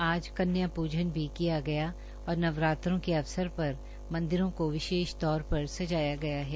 आज कन्या प्रजन भी किया गया और नवरात्रों के अवसर पर मंदिरों को विशेष तौर पर सजाया गया है